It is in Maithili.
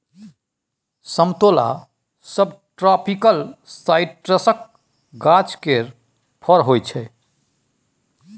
समतोला सबट्रापिकल साइट्रसक गाछ केर फर होइ छै